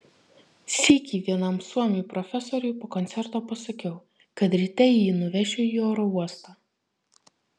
sykį vienam suomiui profesoriui po koncerto pasakiau kad ryte jį nuvešiu į oro uostą